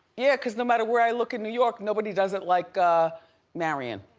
yeah, cause no matter where i look in new york nobody does it like marion.